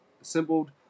assembled